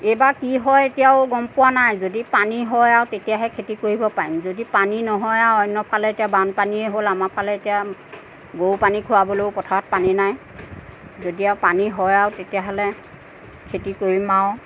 এইবাৰ কি হয় এতিয়াও গম পোৱা নাই যদি পানী হয় আৰু তেতিয়াহে খেতি কৰিব পাৰিম যদি পানী নহয় আৰু অন্যফালে এতিয়া বানপানীয়ে হ'ল আমাৰ ফালে এতিয়া গৰু পানী খুৱাবলৈও পথাৰত পানী নাই যদি আৰু পানী হয় আৰু তেতিয়া হ'লে খেতি কৰিম আৰু